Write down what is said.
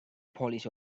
polish